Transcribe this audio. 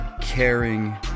caring